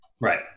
Right